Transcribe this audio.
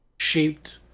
Shaped